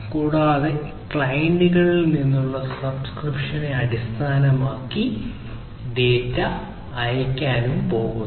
കൂടാതെ ക്ലയന്റുകളിൽ നിന്നുള്ള സബ്സ്ക്രിപ്ഷനെ അടിസ്ഥാനമാക്കി ഡാറ്റ അയയ്ക്കാൻ പോകുന്നു